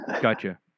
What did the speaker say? Gotcha